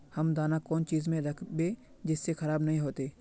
हम दाना कौन चीज में राखबे जिससे खराब नय होते?